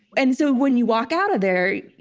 and so when you walk out of there,